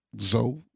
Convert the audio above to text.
Zoe